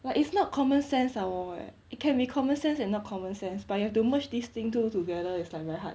but it's not common sense or what it can be common sense and not common sense but you have to merge this thing two together it's like very hard